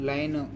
Line